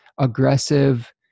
aggressive